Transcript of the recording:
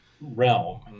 realm